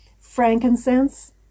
Frankincense